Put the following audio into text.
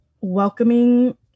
welcoming